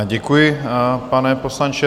Děkuji, pane poslanče.